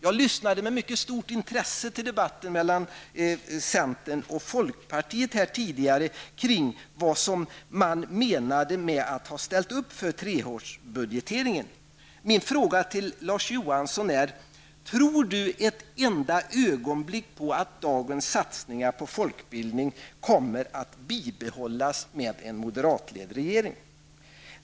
Jag lyssnade med mycket stort intresse till den tidigare debatten mellan centern och folkpartiet kring vad man menade med att ha ställt upp för treårsbudgetering. Min fråga till Larz Johansson är: Tror Larz Johansson ett enda ögonblick på att dagens satsningar på folkbildningen kommer att bibehållas med en moderatledd regering?